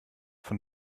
von